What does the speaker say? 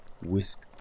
whisk